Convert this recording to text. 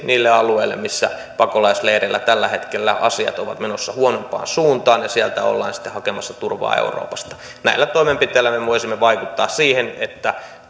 niille alueille missä pakolaisleireillä tällä hetkellä asiat ovat menossa huonompaan suuntaan ja mistä ollaan sitten hakemassa turvaa euroopasta näillä toimenpiteillä me me voisimme vaikuttaa siihen että